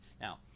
Now